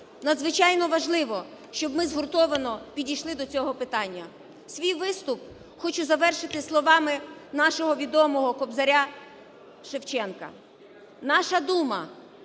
Надзвичайно важливо, щоб ми згуртовано підійшли до цього питання. Свій виступ хочу завершити словами нашого відомого Кобзаря Шевченка: "Наша дума,